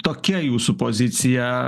tokia jūsų pozicija